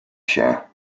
się